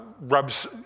rubs